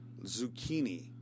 zucchini